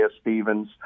Stevens